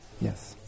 Yes